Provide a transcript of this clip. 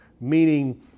Meaning